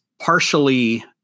partially